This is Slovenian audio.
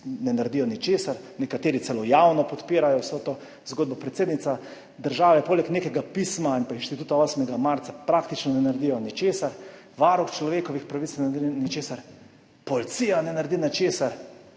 ne naredijo ničesar, nekateri celo javno podpirajo vso to zgodbo. Predsednica države, poleg nekega pisma, in Inštitut 8. marec praktično ne naredita ničesar, Varuh človekovih pravic ne naredi ničesar, Policija ne naredi ničesar,